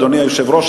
אדוני היושב-ראש,